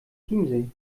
chiemsee